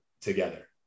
together